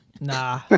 Nah